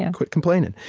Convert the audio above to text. and quit complaining.